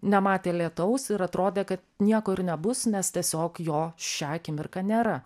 nematė lietaus ir atrodė kad nieko ir nebus nes tiesiog jo šią akimirką nėra